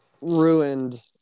ruined